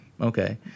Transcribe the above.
Okay